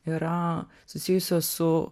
yra susijusios su